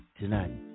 tonight